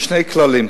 יש כאן שני כללים: